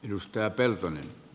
arvoisa puhemies